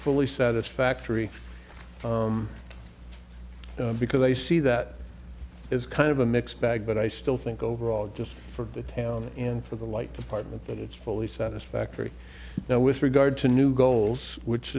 fully satisfactory because they see that it's kind of a mixed bag but i still think overall just for the town and for the light department that it's fully satisfactory now with regard to new goals which